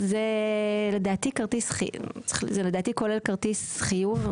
לדעתי זה כולל כרטיס חיוב,